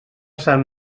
sant